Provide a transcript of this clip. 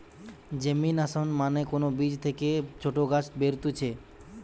germination মানে কোন বীজ থেকে ছোট গাছ বেরুতিছে